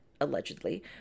allegedly